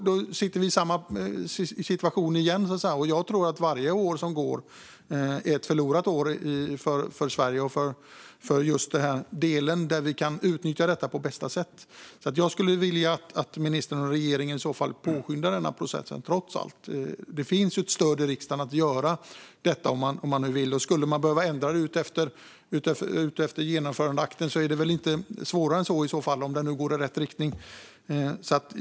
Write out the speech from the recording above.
Då sitter vi i samma situation igen, och jag tror att varje år som går är ett förlorat år för Sverige för just den här delen, som vi skulle kunna utnyttja på bästa sätt. Jag skulle vilja att ministern och regeringen i så fall trots allt påskyndar processen. Det finns ett stöd i riksdagen för att göra detta om man vill. Skulle man behöva ändra det efter genomförandeakten är väl det i så fall inte svårare än så, om det nu går i rätt riktning.